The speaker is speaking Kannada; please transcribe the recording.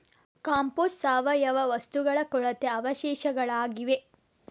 ಕಾಂಪೋಸ್ಟ್ ಸಾವಯವ ವಸ್ತುಗಳ ಕೊಳೆತ ಅವಶೇಷಗಳಾಗಿವೆ